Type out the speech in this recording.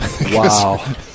Wow